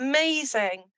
Amazing